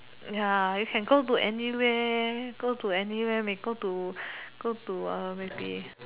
ya you can go to anywhere go to anywhere may go to go to uh maybe